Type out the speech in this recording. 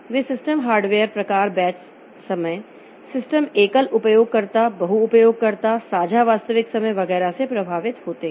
वे system hardware प्रकार batch समय system एकल उपयोगकर्ता बहु उपयोगकर्ता साझा वास्तविक समय वगैरह से प्रभावित होते हैं